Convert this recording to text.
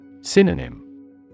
Synonym